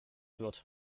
wird